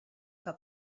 que